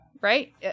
Right